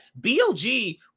BLG